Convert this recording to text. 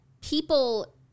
people